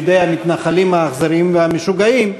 בידי המתנחלים האכזריים והמשוגעים,